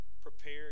Prepare